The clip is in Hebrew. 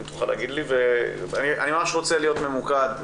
אני רוצה להיות ממוקד,